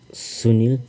Sunil